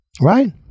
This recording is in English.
right